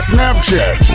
Snapchat